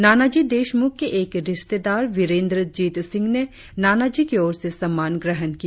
नानाजी देशमुख के एक रिश्तेदार वीरेंद्र जीत सिंह ने नानाजी की ओर से सम्मान ग्रहण किया